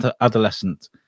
adolescent